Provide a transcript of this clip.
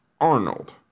Arnold